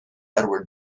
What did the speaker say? edward